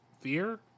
fear